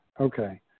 okay